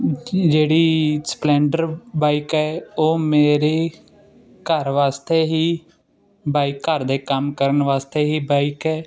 ਜਿਹੜੀ Splendor bike ਹੈ ਉਹ ਮੇਰੀ ਘਰ ਵਾਸਤੇ ਹੀ ਬਾਈਕ ਘਰ ਦੇ ਕੰਮ ਕਰਨ ਵਾਸਤੇ ਹੀ ਬਾਈਕ ਹੈ